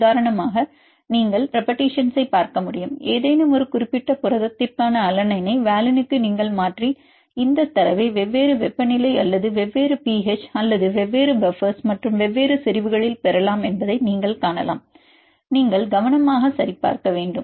உதாரணமாக நீங்கள் ரேபெட்டிசன்ஸ் பார்க்க முடியும் ஏதேனும் ஒரு குறிப்பிட்ட புரதத்திற்கான அலனைனை வாலினுக்கு நீங்கள் மாற்றி இந்தத் தரவை வெவ்வேறு வெப்பநிலை அல்லது வெவ்வேறு pH அல்லது வெவ்வேறு பஃபர்ஸ் மற்றும் வெவ்வேறு செறிவுகளில் பெறலாம் என்பதை நீங்கள் காணலாம் நீங்கள் கவனமாக சரிபார்க்க வேண்டும்